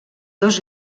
dos